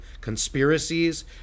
conspiracies